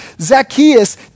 Zacchaeus